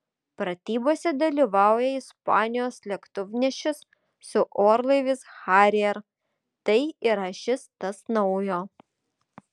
pratybose dalyvauja ispanijos lėktuvnešis su orlaiviais harrier tai yra šis tas naujo